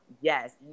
yes